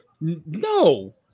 No